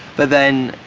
but then,